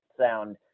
sound